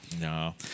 No